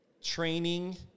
Training